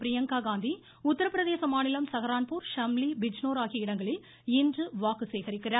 பிரியங்கா காந்தி உத்தரப்பிரதேச மாநிலம் சஹரான்பூர் ஷம்லி பிஜ்னோர் ஆகிய இடங்களில் இன்று வாக்கு சேகரிக்கிறார்